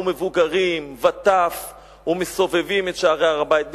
מבוגרים וטף ומסובבים את שערי הר-הבית בשירה,